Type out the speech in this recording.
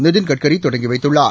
நிதின் கட்கரி தொடங்கி வைத்துள்ளார்